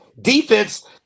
defense